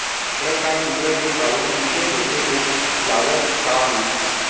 कड़कनाथ कुकरा के पालन कइसे होथे अऊ लागत का आही?